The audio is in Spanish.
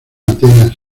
atenas